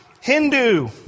Hindu